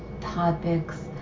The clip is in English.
topics